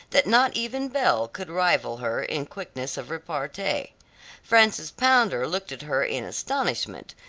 that not even belle could rival her in quickness of repartee. frances pounder looked at her in astonishment,